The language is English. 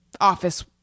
office